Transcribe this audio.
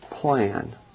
plan